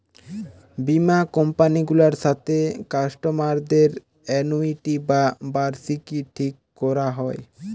বীমা কোম্পানি গুলার সাথে কাস্টমারদের অ্যানুইটি বা বার্ষিকী ঠিক কোরা হয়